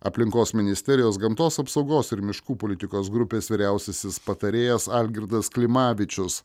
aplinkos ministerijos gamtos apsaugos ir miškų politikos grupės vyriausiasis patarėjas algirdas klimavičius